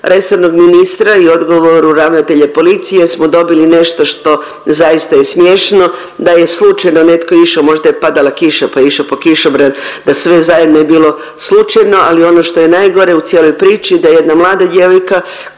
resornog ministra i u odgovoru ravnatelja policije smo dobili nešto što zaista je smiješno da je slučajno netko išao možda je padala kiša pa je išao po kišobran da sve zajedno je bilo slučajno. Ali ono što je najgore u cijeloj priči da jedna mlada djevojka